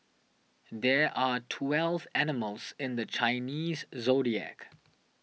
there are twelve animals in the Chinese zodiac